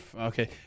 Okay